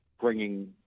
bringing